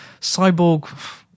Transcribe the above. Cyborg